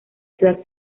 ciudad